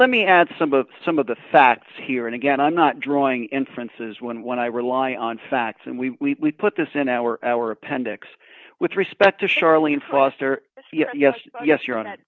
let me add some of some of the facts here and again i'm not drawing inferences when when i rely on facts and we put this in our our appendix with respect to charlene foster yes yes you're on